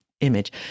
image